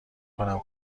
کنم